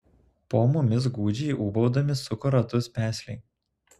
po mumis gūdžiai ūbaudami suko ratus pesliai